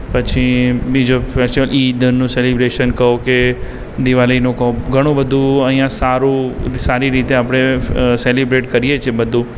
પછી બીજો ફેસ્ટિવલ ઈદનો સેલિબ્રેશન કહો કે દિવાળીનો કહો ઘણું બધું અહીંયા સારું સારી રીતે આપણે સેલિબ્રેટ કરીએ છીએ બધું